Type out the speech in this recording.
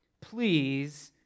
please